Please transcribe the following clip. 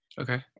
Okay